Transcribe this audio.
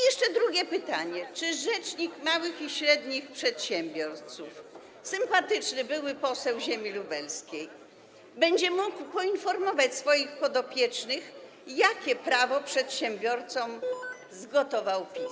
Jeszcze drugie pytanie: Czy rzecznik małych i średnich przedsiębiorców, sympatyczny były poseł ziemi lubelskiej, będzie mógł poinformować swoich podopiecznych, jakie prawo przedsiębiorcom zgotował PiS?